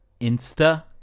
insta